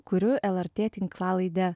kuriu lrt tinklalaidę